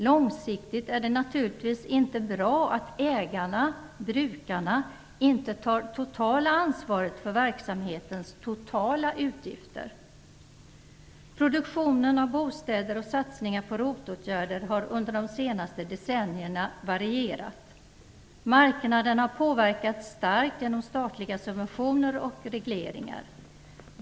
Långsiktigt är det naturligtvis inte bra att ägarna-brukarna inte tar det totala ansvaret för verksamhetens alla utgifter. åtgärder har under de senaste decennierna varierat. Marknaden har påverkats starkt genom statliga subventioner och regleringar.